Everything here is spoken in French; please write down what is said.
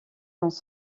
dans